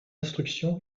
instruction